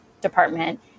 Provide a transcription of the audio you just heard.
department